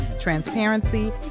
transparency